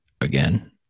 again